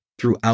throughout